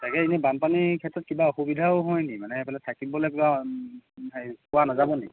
তাকে এনেই বানপানীৰ ক্ষেত্ৰত কিবা অসুবিধাও হয় নেকি মানে সেইফালে থাকিবলৈ কিব হেৰি পোৱা নাযাব নেকি